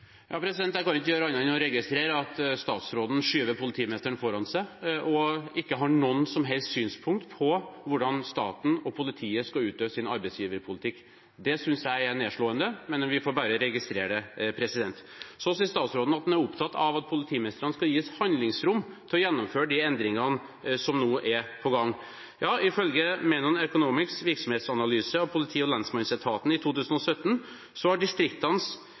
Jeg kan ikke gjøre annet enn å registrere at statsråden skyver politimesteren foran seg og ikke har noen som helst synspunkter på hvordan staten og politiet skal utøve sin arbeidsgiverpolitikk. Det synes jeg er nedslående, men vi får bare registrere det. Så sier statsråden at han er opptatt av at politimestrene skal gis handlingsrom til å gjennomføre de endringene som nå er på gang. Ifølge Menon Economics’ virksomhetsanalyse av politi- og lensmannsetaten i 2017 ble distriktenes